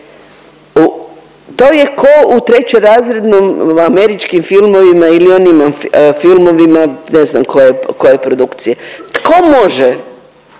to je ko u trećerazrednim američkim filmovima ili onima filmovima ne znam koje, koje produkcije. Tko može